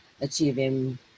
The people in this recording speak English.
achieving